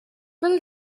will